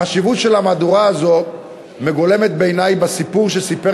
החשיבות של המהדורה הזאת מגולמת בעיני בסיפור שסיפר